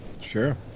Sure